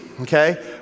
okay